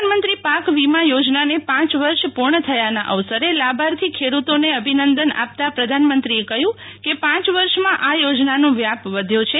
પ્રધાનમંત્રી પાક વીમા યોજનાને પાંચ વર્ષ પૂર્ણ થયાના અવસરે લાભાર્થી ખેડૂતોને અભિનંદન આપતા પ્રધાનમંત્રીએ કહ્યું કે પાંચ વર્ષમાં આ ચોજનાનો વ્યાપ વધ્યો છે